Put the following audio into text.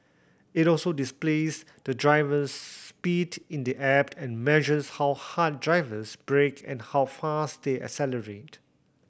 it also displays the driver's speed in the app and measures how hard drivers brake and how fast they accelerate